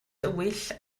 dywyll